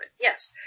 Yes